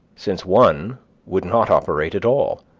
since one would not operate at all.